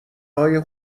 های